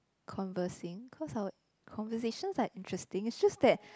conversing cause our conversations are interesting it's just that